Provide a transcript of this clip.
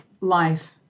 life